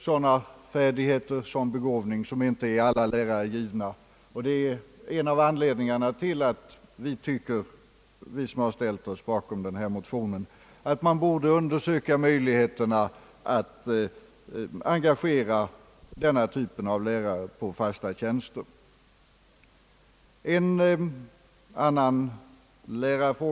Sådana färdigheter och en sådan begåvning är inte alla lärare givna, och detta är en av anledningarna till att vi, som motionerat på denna punkt, tycker att möjligheterna att engagera denna typ av lärare på fasta tjänster borde undersökas.